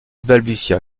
balbutia